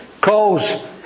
calls